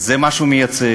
זה מה שהוא מייצג,